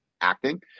acting